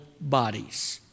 bodies